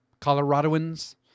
Coloradoans